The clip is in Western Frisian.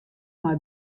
mei